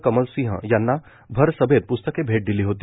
कमल सिंह यांना भरसभेत प्स्तके भेट दिली होती